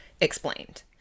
explained